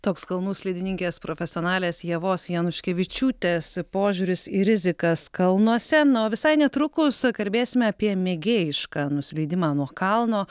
toks kalnų slidininkės profesionalės ievos januškevičiūtės požiūris į rizikas kalnuose na o visai netrukus kalbėsime apie mėgėjišką nusileidimą nuo kalno